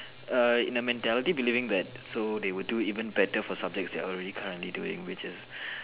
err in a mentality believing that so they will do even better for subject they are already currently doing which is